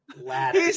Ladder